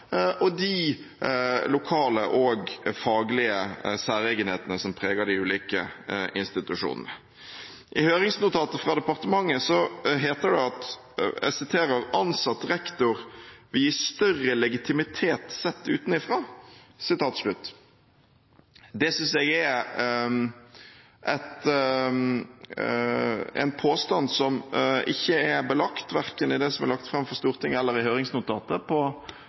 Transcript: og de lokale og faglige særegenhetene som preger de ulike institusjonene. I høringsnotatet fra departementet heter det: «En ansatt rektor vil etter departementets syn ha større legitimitet sett utenifra». Det synes jeg er en påstand som det ikke er belegg for, verken i det som er lagt fram for Stortinget, eller i høringsnotatet,